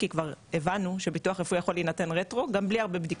כי כבר הבנו שביטוח רפואי יכול להינתן רטרו גם בלי הרבה בדיקות,